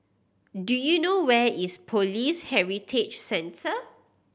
do you know where is Police Heritage Centre